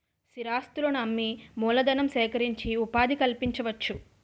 స్థిరాస్తులను అమ్మి మూలధనం సేకరించి ఉపాధి కల్పించవచ్చు